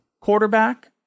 quarterback